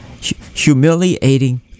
humiliating